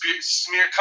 smear